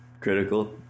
critical